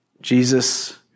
Jesus